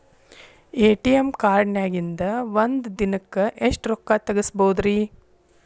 ATM ಕಾರ್ಡ್ನ್ಯಾಗಿನ್ದ್ ಒಂದ್ ದಿನಕ್ಕ್ ಎಷ್ಟ ರೊಕ್ಕಾ ತೆಗಸ್ಬೋದ್ರಿ?